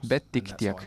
bet tik tiek